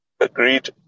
Agreed